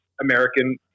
American